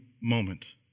moment